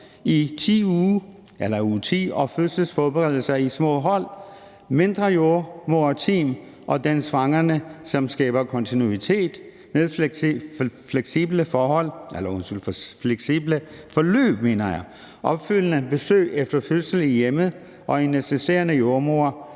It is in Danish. i uge 10 og fødselsforberedelse i små hold, mindre jordemoderteams for den svangrende, som skaber kontinuitet med fleksible forløb, opfølgende besøg efter fødsel i hjemmet og en assisterende jordemoder,